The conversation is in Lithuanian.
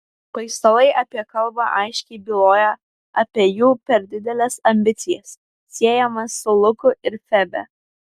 paistalai apie kalbą aiškiai byloja apie jų per dideles ambicijas siejamas su luku ir febe